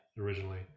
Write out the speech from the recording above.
originally